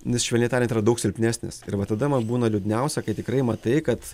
nes švelniai tariant yra daug silpnesnis ir va tada man būna liūdniausia kai tikrai matai kad